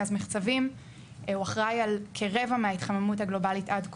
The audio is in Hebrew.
גז מחצבים הוא אחראי על כרבע מההתחממות הגלובלית עד כה,